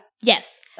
Yes